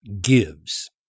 gives